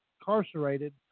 incarcerated